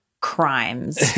crimes